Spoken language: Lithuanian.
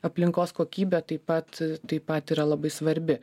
aplinkos kokybę taip pat e taip pat yra labai svarbi